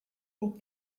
pour